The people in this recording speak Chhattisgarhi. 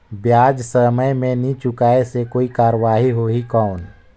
ब्याज समय मे नी चुकाय से कोई कार्रवाही होही कौन?